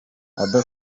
other